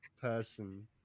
person